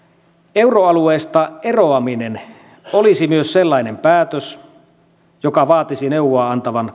euroalueesta eroaminen olisi myös sellainen päätös joka vaatisi neuvoa antavan